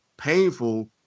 painful